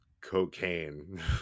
cocaine